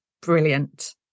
brilliant